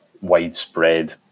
widespread